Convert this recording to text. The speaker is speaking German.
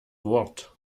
wort